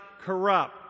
corrupt